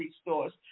stores